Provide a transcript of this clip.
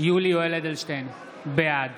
יולי יואל אדלשטיין, בעד